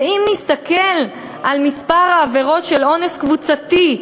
ואם נסתכל על מספר העבירות של אונס קבוצתי,